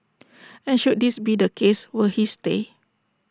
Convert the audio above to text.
and should this be the case will he stay